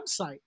website